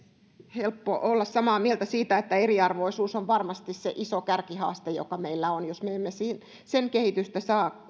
helppo olla samaa mieltä siitä että eriarvoisuus on varmasti se iso kärkihaaste joka meillä on jos me emme sen kehitystä saa